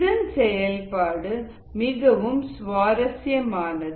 இதன் செயல்பாடு மிகவும் சுவாரஸ்யமானது